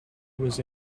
was